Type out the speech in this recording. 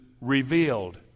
revealed